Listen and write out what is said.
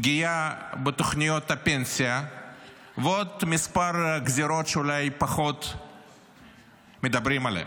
פגיעה בתוכניות הפנסיה ועוד מספר הגזרות שאולי פחות מדברים עליהן.